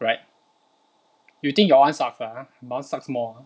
right you think your [one] sucks ah my [one] sucks more